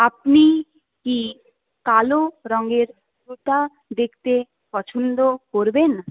আপনি কি কালো রঙের জুতো দেখতে পছন্দ করবেন